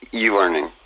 e-learning